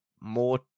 more